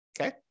okay